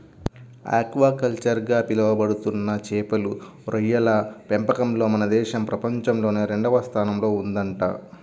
aquaculture గా పిలవబడుతున్న చేపలు, రొయ్యల పెంపకంలో మన దేశం ప్రపంచంలోనే రెండవ స్థానంలో ఉందంట